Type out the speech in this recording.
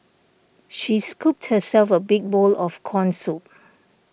she scooped herself a big bowl of Corn Soup